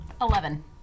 Eleven